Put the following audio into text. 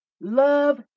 Love